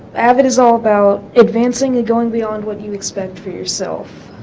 avid is all about advancing and going beyond what you expect for yourself